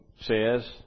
says